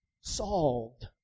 solved